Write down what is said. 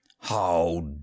How